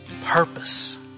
Purpose